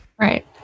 Right